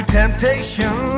temptation